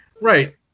Right